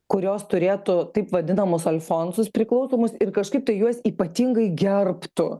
kurios turėtų taip vadinamus alfonsus priklausomus ir kažkaip tai juos ypatingai gerbtų